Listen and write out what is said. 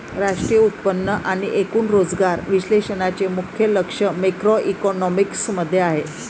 राष्ट्रीय उत्पन्न आणि एकूण रोजगार विश्लेषणाचे मुख्य लक्ष मॅक्रोइकॉनॉमिक्स मध्ये आहे